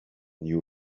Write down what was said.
knew